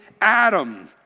Adam